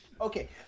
okay